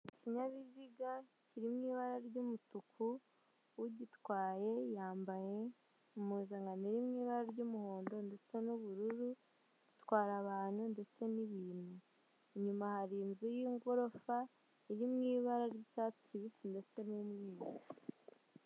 Ikinyabiziga kirimo ibara ry'umutuku ugitwaye yambaye impuzankano iri mu ibara ry'umuhondo ndetse n'ubururu itwara abantu ndetse n'ibintu. Inyuma hari inzu y'igorofa iri mu ibara ry'icyatsi kibisi ndetse n'umweru.